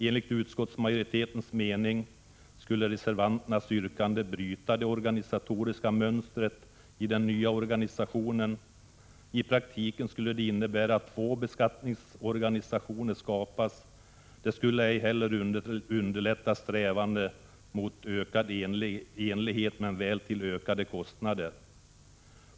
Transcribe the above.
Enligt utskottsmajoritetens mening skulle reservanternas yrkande bryta det organisatoriska mönstret i den nya organisationen. I praktiken skulle det innebära att två beskattningsorganisationer skapas. Det skulle ej heller underlätta strävandena mot ökad enhetlighet — men väl leda till ökade kostnader.